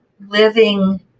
living